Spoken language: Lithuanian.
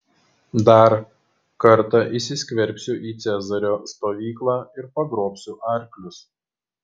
dar kartą įsiskverbsiu į cezario stovyklą ir pagrobsiu arklius